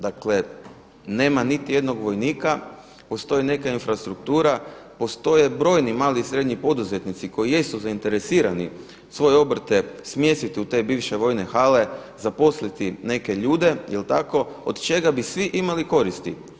Dakle nema niti jednog vojnika, postoji neka infrastruktura, postoje brojni mali i srednji poduzetnici koji jesu zainteresirani svoje obrte smjestiti u te bivše vojne hale, zaposliti neke ljude jel tako od čaga bi svi imali koristi.